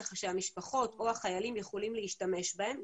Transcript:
ככה שהמשפחות או החיילים יכולים להשתמש בהם.